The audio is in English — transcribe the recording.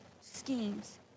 schemes